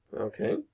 Okay